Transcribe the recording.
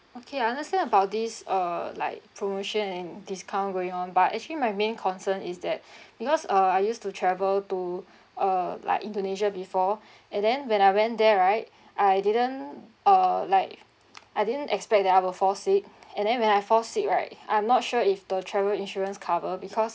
okay I understand about this uh like promotion and discount going on but actually my main concern is that because uh I used to travel to uh like indonesia before and then when I went there right I didn't uh like I didn't expect that I will fall sick and then when I fall sick right I'm not sure if the travel insurance cover because